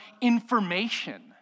information